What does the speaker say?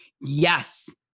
Yes